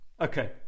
okay